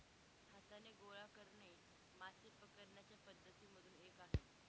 हाताने गोळा करणे मासे पकडण्याच्या पद्धती मधून एक आहे